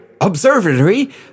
Observatory